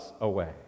away